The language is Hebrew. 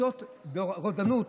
זאת רודנות.